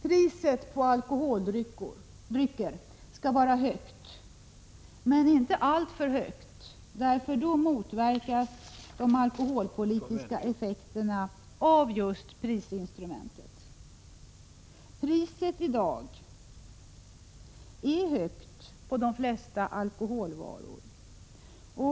Priset på alkoholdrycker skall vara högt, men inte alltför högt, därför att då motverkas de alkoholpolitiska effekterna av just prisinstrumentet. Priset är i dag högt på de flesta alkoholvaror.